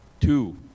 two